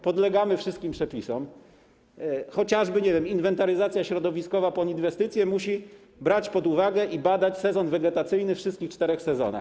Podlegamy wszystkim przepisom, chociażby, nie wiem, inwentaryzacja środowiskowa pod inwestycje musi brać pod uwagę i badać sezon wegetacyjny, wszystkie cztery sezony.